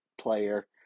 player